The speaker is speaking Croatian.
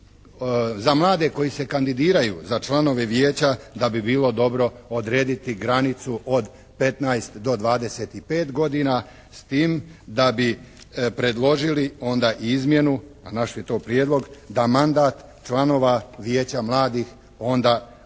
za mlade koji se kandidiraju za članove vijeća da bi bilo dobro odrediti granicu od 15 do 25 godina, s tim da bi predložili onda i izmjenu a naš je to i prijedlog da mandat članova Vijeća mladih onda bude